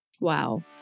Wow